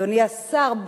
אדוני השר,